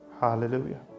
hallelujah